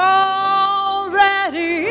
already